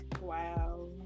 wow